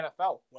NFL